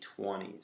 20s